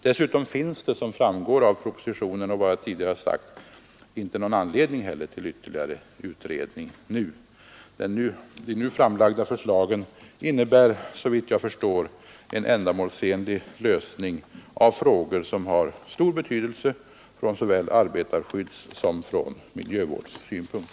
Dessutom finns det — som framgår av propositionen och av vad jag har sagt tidigare — inte någon anledning till ytterligare utredning. De nu framlagda förslagen innebär såvitt jag förstår en ändamålsenlig lösning av frågor som har stor betydelse från såväl arbetarskyddssom miljövårdssynpunkt.